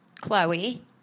Chloe